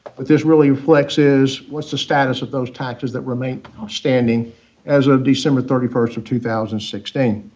what this really reflects is what's the status of those taxes that remain outstanding as of december thirty first of two thousand sixteen?